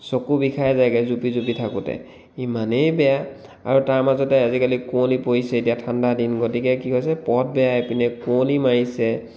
চকু বিষাই যায়গে জুপি জুপি থাকোতে ইমানেই বেয়া আৰু তাৰ মাজতে আজিকালি কুঁৱলী পৰিছে এতিয়া ঠাণ্ডাৰ দিন গতিকে কি হৈছে পথ বেয়া ইপিনে কুঁৱলী মাৰিছে